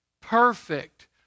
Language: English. perfect